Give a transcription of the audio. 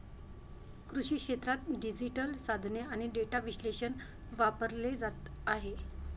कृषी क्षेत्रात डिजिटल साधने आणि डेटा विश्लेषण वापरले जात आहे